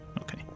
Okay